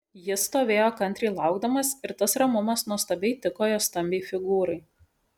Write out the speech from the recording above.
jis stovėjo kantriai laukdamas ir tas ramumas nuostabiai tiko jo stambiai figūrai